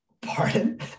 Pardon